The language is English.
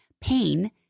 pain